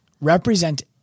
represent